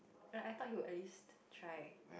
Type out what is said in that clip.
like I though he would at least try